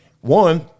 one –